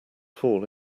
fall